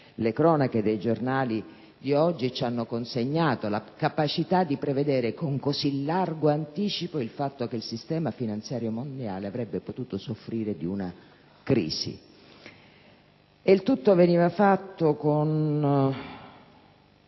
le cronache dei giornali di oggi ci hanno consegnato, la capacità di prevedere con così largo anticipo il fatto che il sistema finanziario mondiale avrebbe potuto soffrire di una crisi. E il tutto veniva fatto con